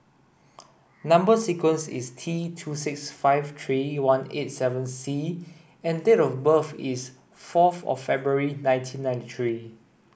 number sequence is T two six five three one eight seven C and date of birth is fourth of February nineteen ninety three